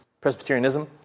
Presbyterianism